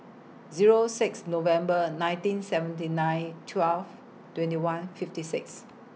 Zero six November nineteen seventy nine twelve twenty one fifty six